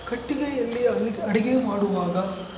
ಕಟ್ಟಿಗೆಯಲ್ಲಿ ಅಡುಗೆ ಅಡುಗೆ ಮಾಡುವಾಗ